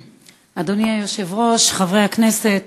אדוני היושב-ראש, חברי הכנסת,